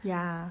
ya